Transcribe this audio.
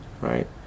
right